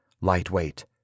lightweight